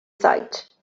site